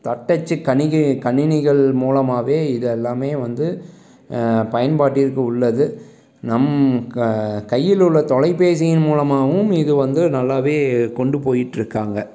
தட்டச்சு கணிக கணினிகள் மூலமாகவே இது எல்லாமே வந்து பயன்பாட்டிற்கு உள்ளது நம் க கையில் உள்ள தொலைப்பேசியின் மூலமாகவும் இது வந்து நல்லாவே கொண்டு போயிட்டிருக்காங்க